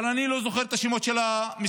אבל אני לא זוכר את השמות של המשרדים,